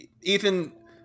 Ethan